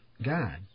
God